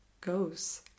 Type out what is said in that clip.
goes